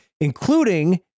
including